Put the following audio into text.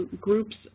groups